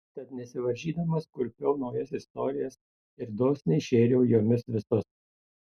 tad nesivaržydamas kurpiau naujas istorijas ir dosniai šėriau jomis visus